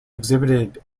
exhibited